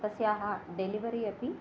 तस्याः डेलिवरि अपि